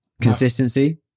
Consistency